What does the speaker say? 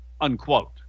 unquote